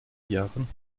jahren